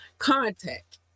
Contact